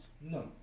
No